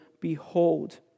behold